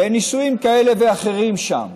בנישואים כאלה ואחרים שם,